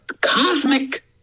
Cosmic